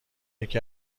یکی